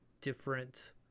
different